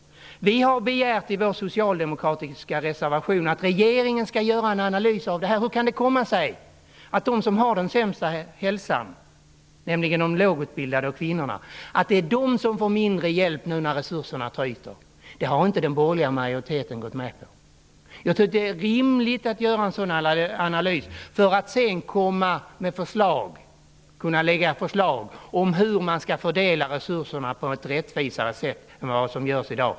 Vi har begärt i vår socialdemokratiska reservation att regeringen skall göra en analys av det här. Hur kan det komma sig att de som har den sämsta hälsan, nämligen de lågutbildade och kvinnorna, får mindre hjälp nu när resurserna tryter? Jag tycker att det är rimligt att göra en sådan analys, för att sedan kunna lägga fram förslag om hur man skall fördela resurserna på ett rättvisare sätt än vad som görs i dag.